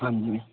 ਹਾਂਜੀ